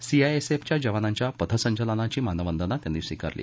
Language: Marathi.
सीआयएसएफच्या जवानांच्या पथ संचलनाची मानवंदना त्यांनी स्वीकारली